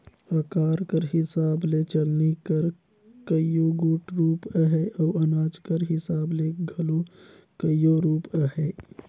अकार कर हिसाब ले चलनी कर कइयो गोट रूप अहे अउ अनाज कर हिसाब ले घलो कइयो रूप अहे